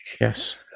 Yes